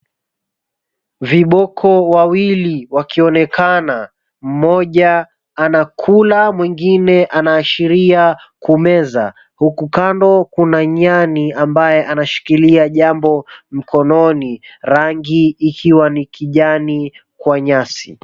Viboko wawili wakionekana, mmoja anakula mwingine anaashiria kumeza huku kando kuna nyani ambaye anashikilia jambo mkononi. Rangi ikiwa ni kijani kwa nyasi.